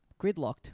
gridlocked